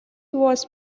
was